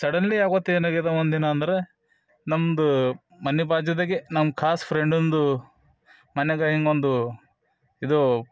suddenly ಅವತ್ತು ಏನಾಗ್ಯದೆ ಒಂದಿನ ಅಂದರೆ ನಮ್ಮದು ಮನೆ ಬಾಜುದಗೆ ನಮ್ಮ ಖಾಸಾ ಫ್ರೆಂಡಂದು ಮನೆದಾಗೆ ಹಿಂಗೆ ಒಂದು ಇದು